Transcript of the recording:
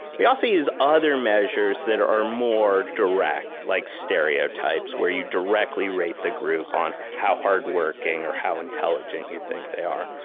we also use other measures that are more direct, like stereotypes, where you directly rate the group on how hard-working or how intelligent you think they are.